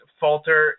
falter